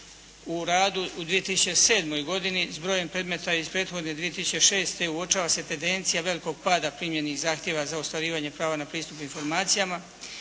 u radu u 2007. godini s brojem predmeta iz prethodne 2006. uočava se tendencija velikog pada primijenjenih zahtjeva za ostvarivanje prava na pristup informacijama,